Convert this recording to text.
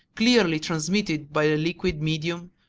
clearly transmitted by the liquid medium,